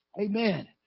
Amen